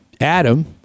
Adam